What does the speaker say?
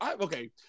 Okay